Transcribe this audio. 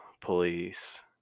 Police